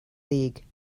league